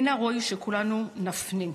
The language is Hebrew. מן הראוי שכולנו נפנים.